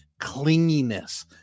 clinginess